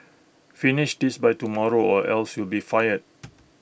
finish this by tomorrow or else you'll be fired